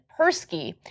Persky